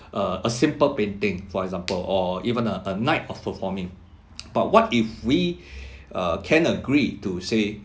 a a simple painting for example or even a a night of performing but what if we uh can agree to say